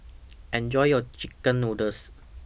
Enjoy your Chicken Noodles